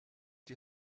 die